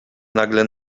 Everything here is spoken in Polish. nagle